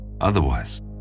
Otherwise